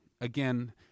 again